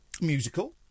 musical